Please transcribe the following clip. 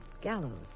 gallows